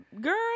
Girl